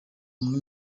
umwe